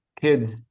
kids